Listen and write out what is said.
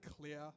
clear